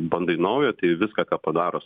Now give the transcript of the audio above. bandai naują tai viską ką padaro